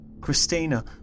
Christina